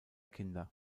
kinder